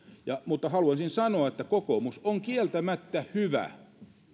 mutta haluaisin sanoa että kokoomus on kieltämättä hyvä